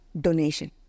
donation